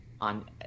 on